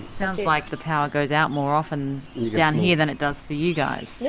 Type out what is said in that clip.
sounds like the power goes out more often down here than it does for you guys. yeah